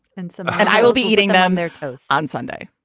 and so i will be eating them their toast on sunday